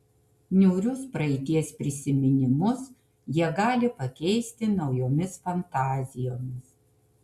niūrius praeities prisiminimus jie gali pakeisti naujomis fantazijomis